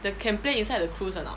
the can play inside a cruise or not